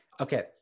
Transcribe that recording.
Okay